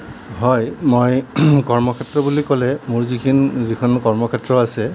হয় মই কৰ্মক্ষেত্ৰ বুলি ক'লে মোৰ যিখিন যিখন কৰ্মক্ষেত্ৰ আছে